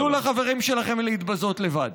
תנו לחברים שלכם להתבזות לבד.